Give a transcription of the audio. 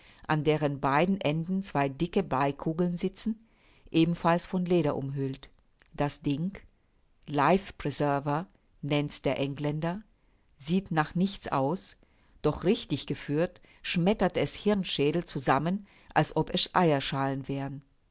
an deren beiden enden zwei dicke bleikugeln sitzen ebenfalls von leder umhüllt das ding life preserver nennt's der engländer sieht nach nichts aus doch richtig geführt schmettert es hirnschädel zusammen als ob es eierschalen wären